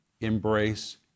embrace